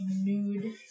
nude